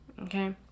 Okay